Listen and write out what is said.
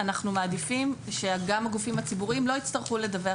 אנחנו מעדיפים שגם הגופים הציבוריים לא יצטרכו לדווח